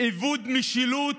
איבוד משילות